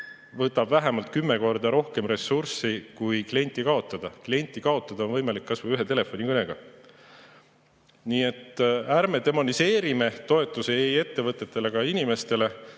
võtab vähemalt kümme korda rohkem ressurssi kui kliendi kaotamine. Klienti kaotada on võimalik kas või ühe telefonikõnega. Nii et ärme demoniseerime toetusi ei ettevõtetele ega inimestele,